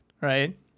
right